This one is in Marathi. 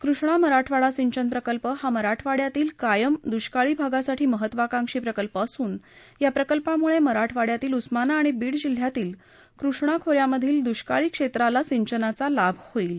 कृष्णा मराठवाडा सिंचन प्रकल्प हा मराठवाड्यातील कायम दुष्काळी भागासाठी महत्वाकांक्षी प्रकल्प असून या प्रकल्पामुळे मराठवाड्यातील उस्मानाबाद आणि बीड जिल्ह्यातील कृष्णा खो यामधील दुष्काळी क्षेत्राला सिंचनाचा लाभ होईल